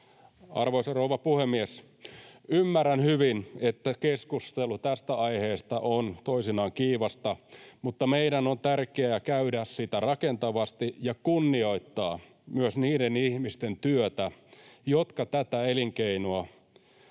Arvoisa rouva puhemies! Ymmärrän hyvin, että keskustelu tästä aiheesta on toisinaan kiivasta, mutta meidän on tärkeää käydä sitä rakentavasti ja kunnioittaa myös niiden ihmisten työtä, jotka tätä elinkeinoa